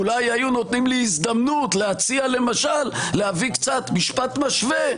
אולי היו נותנים לי הזדמנות להציע למשל להביא קצת משפט משווה,